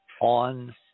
on